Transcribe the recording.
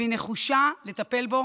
והיא נחושה לטפל בו